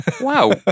wow